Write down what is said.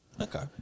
Okay